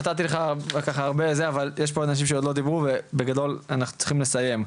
נתתי לך הרבה אבל יש פה אנשים שעוד לא דיברו ובגדול אנחנו צריכים לסיים.